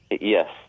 Yes